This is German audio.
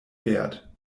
wert